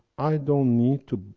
i don't need to.